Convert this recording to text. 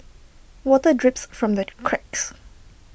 water drips from the cracks